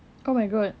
oh my god